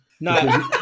no